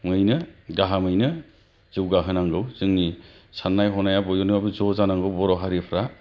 हैनो गाहोमयैनो जौगाहोनांगौ जोंनि साननाय हनाया बयनाबो ज' जानांगौ बर' हारिफ्रा